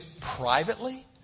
privately